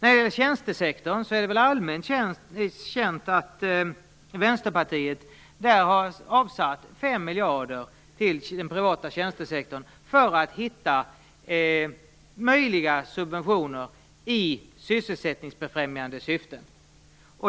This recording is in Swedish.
Det är väl allmänt känt att Vänsterpartiet har avsatt 5 miljarder till den privata tjänstesektorn för att hitta möjliga subventioner i sysselsättningsfrämjande syfte.